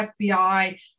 FBI